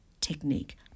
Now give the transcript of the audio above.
technique